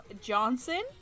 johnson